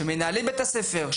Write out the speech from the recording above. שמנהלי בית הספר,